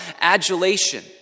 adulation